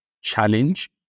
challenge